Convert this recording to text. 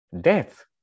death